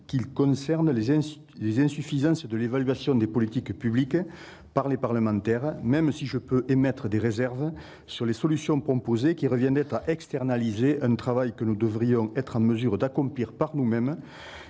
qui concerne les insuffisances de l'évaluation des politiques publiques par les parlementaires, même si je peux émettre des réserves sur les solutions proposées. Celles-ci consistent en effet à externaliser un travail que nous devrions être en mesure d'accomplir par nous-mêmes,